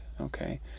okay